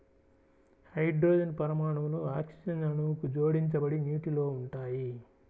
hydrogen పరమాణువులు oxygen అణువుకు జోడించబడి నీటిలో ఉంటాయి